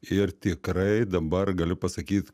ir tikrai dabar galiu pasakyt